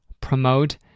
promote